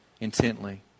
intently